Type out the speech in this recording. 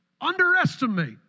underestimate